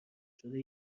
شده